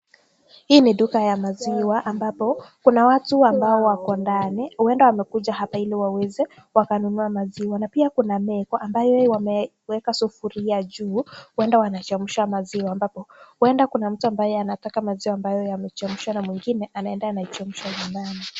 Hii ni duka ya maziwa ambapo kuna watu ambao wako ndani huenda wamekuja hapa ili waweze wakanunua maziwa. Na pia kuna meko ambayo wameweka sufuria juu huenda wanachemsha maziwa ambapo huenda kuna mtu ambaye anataka maziwa ambayo yamechemshwa na mwingine anaenda anachemsha nyumbani.